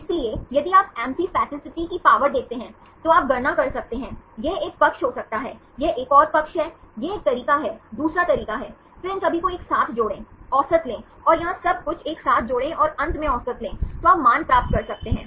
इसलिए यदि आप एम्फीपैथीसिटी की पावर देखते हैं तो आप गणना कर सकते हैं यह एक पक्ष हो सकता है यह एक और पक्ष है यह एक तरीका है दूसरा तरीका है फिर इन सभी को एक साथ जोड़ें औसत लें और यहां सब कुछ एक साथ जोड़ें और अंत में औसत लें तो आप मान प्राप्त कर सकते हैं